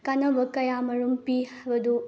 ꯀꯥꯟꯅꯕ ꯀꯌꯥꯃꯔꯨꯝ ꯄꯤ ꯍꯥꯏꯕꯗꯨ